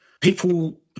People